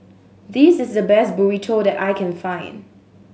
this is the best Burrito that I can find